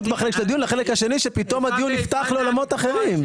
לבין החלק השני בו פתאום הדיון נפתח לעולמות אחרים.